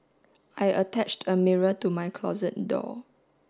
I attached a mirror to my closet door